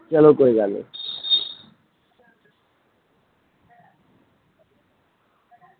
चलो कोई गल्ल निं